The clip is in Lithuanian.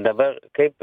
dabar kaip